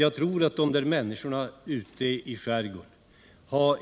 Jag tror att människorna ute i skärgården har